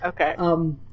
Okay